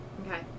Okay